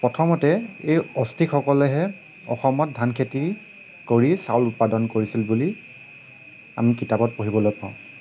প্ৰথমতে এই অষ্ট্ৰিকসকলেহে অসমত ধানখেতি কৰি চাউল উৎপাদন কৰিছিল বুলি আমি কিতাপত পঢ়িবলে পাওঁ